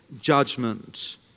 judgment